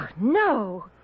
No